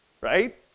right